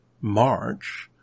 March